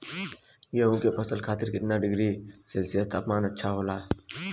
गेहूँ के फसल खातीर कितना डिग्री सेल्सीयस तापमान अच्छा होला?